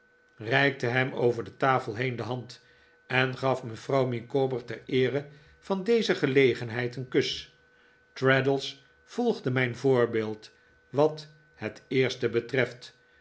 reikte hem over de tafel heen de hand en gaf mevrouw micawber ter eere van deze gelegenheid een kus traddles volgde mijn voorbeeld wat het eerste betreft